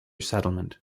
settlement